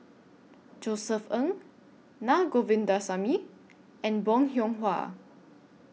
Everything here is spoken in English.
Josef Ng Naa Govindasamy and Bong Hiong Hwa